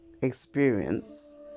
experience